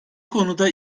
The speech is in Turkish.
konuda